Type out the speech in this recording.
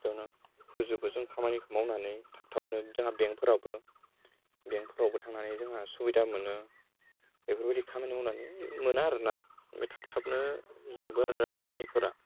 बेयावनो फोजोबो जों खामानिखौ मावनानै थाबथाबनो जोंहा बेंकफोरावबो थांनानै जोंहा सुबिदा मोनो बेफोरबायदि खामानि मावनानै मोनो आरोना थाब थाबनो जोबो आरोना खामानिफोरा